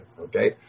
okay